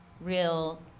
real